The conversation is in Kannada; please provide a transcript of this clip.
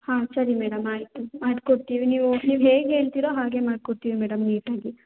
ಹಾಂ ಸರಿ ಮೇಡಮ್ ಆಯಿತು ಮಾಡಿಕೊಡ್ತೀವಿ ನೀವು ನೀವು ಹೇಗೆ ಹೇಳ್ತೀರೋ ಹಾಗೇ ಮಾಡಿಕೊಡ್ತೀವಿ ಮೇಡಮ್ ನೀಟಾಗಿ